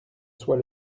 soit